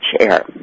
chair